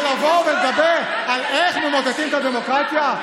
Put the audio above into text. לבוא ולדבר על איך ממוטטים את הדמוקרטיה,